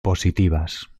positivas